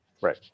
Right